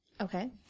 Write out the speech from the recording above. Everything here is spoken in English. Okay